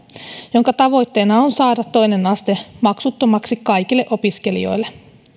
jonka tavoitteena on saada toinen aste maksuttomaksi kaikille opiskelijoille